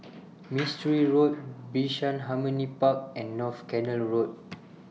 Mistri Road Bishan Harmony Park and North Canal Road